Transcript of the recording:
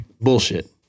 Bullshit